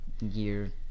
year